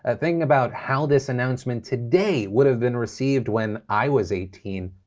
ah thinking about how this announcement today would have been received when i was eighteen,